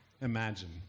imagine